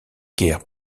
guerre